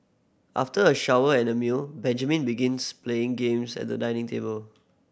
after a shower and a meal Benjamin begins playing games at the dining table